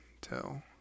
tell